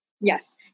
Yes